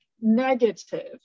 negative